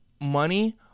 money